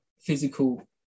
physical